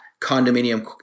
condominium